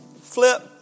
Flip